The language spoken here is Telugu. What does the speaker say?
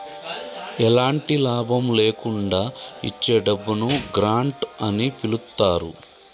ఎలాంటి లాభం లేకుండా ఇచ్చే డబ్బును గ్రాంట్ అని పిలుత్తారు